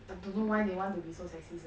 I don't know why they want to be so sexist ah